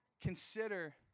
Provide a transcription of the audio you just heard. consider